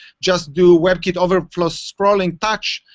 just do webkit overflow scrolling touch,